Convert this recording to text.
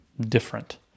different